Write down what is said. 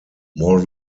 more